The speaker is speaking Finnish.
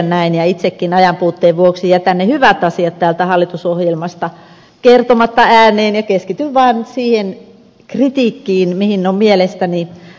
itsekin ajanpuutteen vuoksi jätän ne hyvät asiat täältä hallitusohjelmasta kertomatta ääneen ja keskityn vain siihen kritiikkiin mihin on mielestäni aihetta